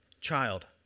Child